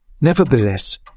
nevertheless